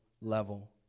level